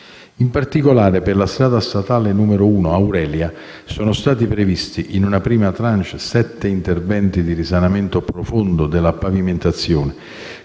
In particolare, per la strada statale n. 1 Aurelia sono stati previsti, in una prima *tranche*, sette interventi di risanamento profondo della pavimentazione,